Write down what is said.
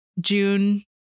june